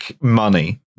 money